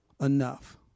enough